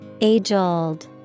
Age-old